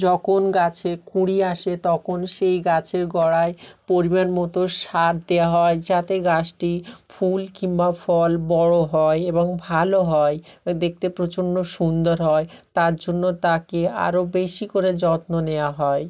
যখন গাছে কুঁড়ি আসে তখন সেই গাছের গোড়ায় পরিমাণমতো সার দেওয়া হয় যাতে গাছটি ফুল কিংবা ফল বড় হয় এবং ভালো হয় দেখতে প্রচণ্ড সুন্দর হয় তার জন্য তাকে আরও বেশি করে যত্ন নেওয়া হয়